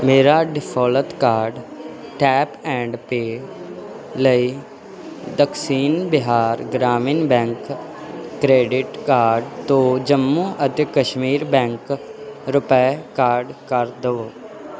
ਮੇਰਾ default card tap and pay ਲਈ Dakshin Bihar Gramin bank credit card ਤੋਂ ਜੰਮੂ ਅਤੇ ਕਸ਼ਮੀਰ ਬੈਂਕ ਰੁਪੇ ਕਾਰਡ ਕਰ ਦਵੋ